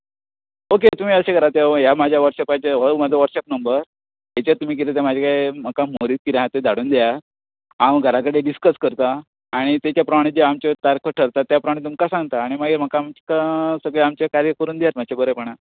okay तुमी अशें करात ह्या म्हज्या वॉट्सेपाचेर हो म्हजो वॉट्सेप नंबर हाचेर तुमी कितें तें म्हूर्त कितें आसा ते धाडून दियात हांव घरा कडेन डिस्कस करतां आनी ताचेप्रमाणें जे आमच्यो तारखो थरतात त्या प्रमाणे तुमकां सांगतां आनी मागीर म्हाका सगळें आमचें कार्य करून दियात बरेपणान